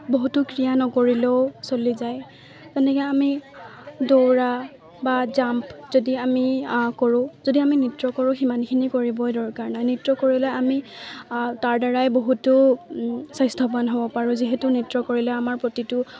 বহুতো ক্ৰিয়া নকৰিলেও চলি যায় তেনেকৈ আমি দৌৰা বা জাম্প যদি আমি কৰোঁ যদি আমি নৃত্য কৰোঁ সিমানখিনি কৰিবই দৰকাৰ নাই নৃত্য কৰিলে আমি তাৰ দ্বাৰাই বহুতো স্বাস্থ্যৱান হ'ব পাৰোঁ যিহেতু নৃত্য কৰিলে আমাৰ প্ৰতিটো